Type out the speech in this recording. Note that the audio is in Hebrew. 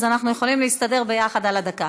אז אנחנו יכולים להסתדר ביחד על הדקה.